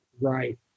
right